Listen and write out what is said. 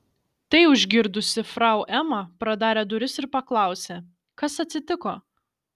tai užgirdusi frau ema pradarė duris ir paklausė kas atsitiko